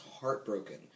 heartbroken